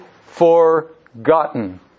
forgotten